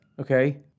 Okay